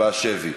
בשבי.